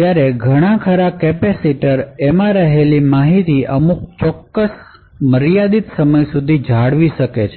ત્યારે ઘણાખરા કેપેસીટર એમાં રહેલ માહિતી અમુક સમય સુધી જાળવી રાખે છે